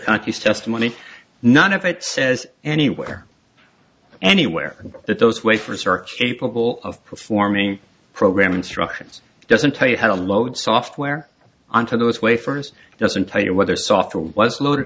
cockies testimony none of it says anywhere anywhere that those wafer search capable of performing program instructions doesn't tell you how to load software on to those wafers doesn't tell you whether software was loaded